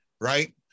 Right